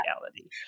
reality